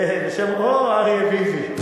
אוהו, אריה ביבי.